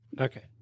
Okay